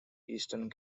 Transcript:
eastern